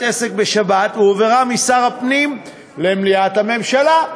עסק בשבת הועברה משר הפנים למליאת הממשלה,